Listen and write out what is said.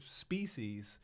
species